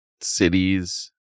cities